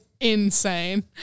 insane